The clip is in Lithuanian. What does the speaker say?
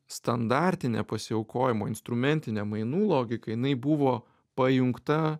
standartinė pasiaukojimo instrumentinė mainų logika jinai buvo pajungta